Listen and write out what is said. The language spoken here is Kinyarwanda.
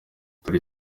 dore